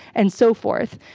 and so forth.